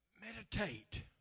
meditate